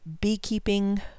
beekeeping